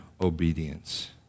obedience